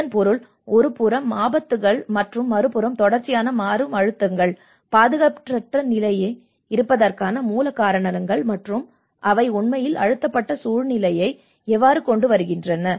இதன் பொருள் ஒருபுறம் ஆபத்துகள் மற்றும் மறுபுறம் தொடர்ச்சியான மாறும் அழுத்தங்கள் பாதுகாப்பற்ற நிலையில் இருப்பதற்கான மூல காரணங்கள் மற்றும் அவை உண்மையில் அழுத்தப்பட்ட சூழ்நிலையை எவ்வாறு கொண்டு வருகின்றன